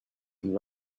and